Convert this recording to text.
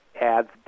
adds